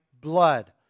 blood